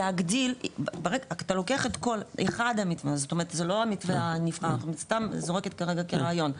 אני זורקת כרגע כרעיון.